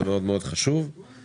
אני חושב שהסוגיות שעולות